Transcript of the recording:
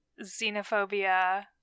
xenophobia